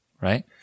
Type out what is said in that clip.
right